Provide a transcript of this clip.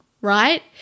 right